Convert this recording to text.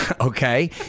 Okay